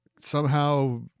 somehow-